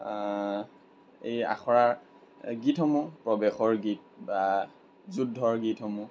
এই আখৰাৰ গীতসমূহ প্ৰৱেশৰ গীত বা যুদ্ধৰ গীতসমূহ